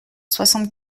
soixante